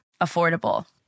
affordable